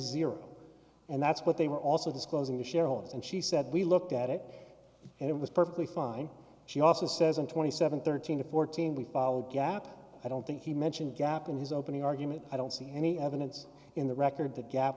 zero and that's what they were also disclosing to shareholders and she said we looked at it and it was perfectly fine she also says in twenty seven thirteen to fourteen we followed gap i don't think he mentioned gap in his opening argument i don't see any evidence in the record that gap